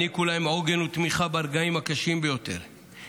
העניקו להם עוגן ותמיכה ברגעים הקשים ביותר,